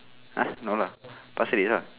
!huh! no lah pasir ris ah